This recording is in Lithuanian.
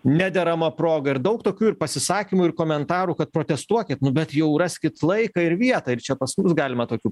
nederama proga ir daug tokių ir pasisakymų ir komentarų kad protestuokit nu bet jau raskit laiką ir vietą ir čia pas mus galima tokių